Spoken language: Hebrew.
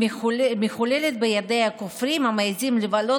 המחוללת בידי הכופרים המעיזים לבלות